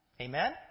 Amen